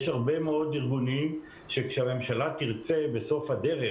יש הרבה מאוד ארגונים שכשהממשלה תרצה בסוף הדרך,